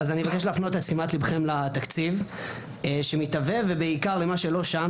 אני מבקש להפנות את תשומת ליבכם לתקציב שמתהווה ובעיקר למה שלא שם,